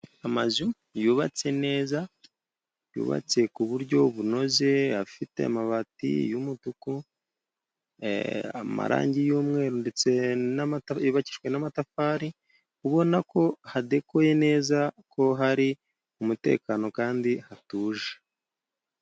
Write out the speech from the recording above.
Amazu yubatse neza, yubatse ku buryo bunoze, afite amabati y'umutuku, amarangi y'umweru, ndetse yubakishijwe n'amatafari, ubona ko hadekoye neza ko har'umutekano kandi hatuje.